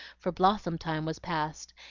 for blossom time was past,